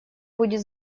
будет